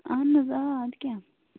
اَہَن حظ آ اَدٕ کیٛاہ